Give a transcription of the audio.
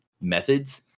methods